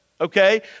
okay